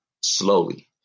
slowly